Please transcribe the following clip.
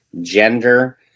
gender